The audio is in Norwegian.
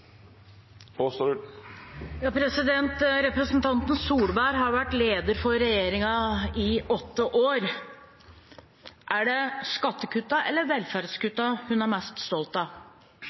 i åtte år. Er det skattekuttene eller velferdskuttene hun er mest stolt av?